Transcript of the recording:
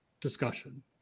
discussion